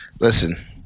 listen